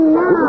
no